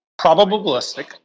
probabilistic